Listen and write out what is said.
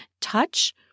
touch